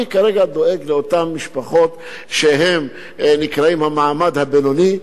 אני כרגע דואג לאותן משפחות שנקראות המעמד הבינוני,